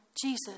Jesus